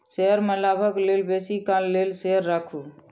share में लाभक लेल बेसी काल लेल शेयर राखू